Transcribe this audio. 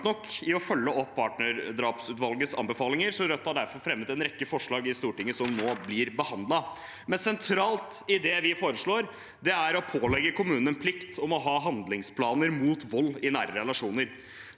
i å følge opp partnerdrapsutvalgets anbefalinger. Rødt har derfor fremmet en rekke forslag i Stortinget som nå blir behandlet. Sentralt i det vi foreslår, er å pålegge kommunene en plikt til å ha handlingsplaner mot vold i nære relasjoner.